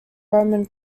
roman